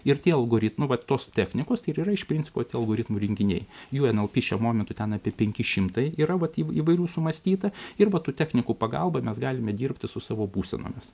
ir tie algoritmai vat tos technikos tai ir yra iš principo tie algoritmų rinkiniai jų nlp šiuo momentu ten apie penki šimtai yra vat įvairių sumąstyta ir va tų technikų pagalba mes galime dirbti su savo būsenomis